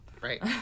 Right